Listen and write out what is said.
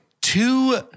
two